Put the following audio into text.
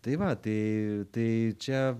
tai va tai tai čia